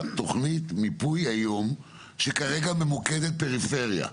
תוכנית מיפוי היום שכרגע ממוקדת פריפריה.